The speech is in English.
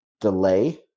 delay